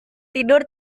tidur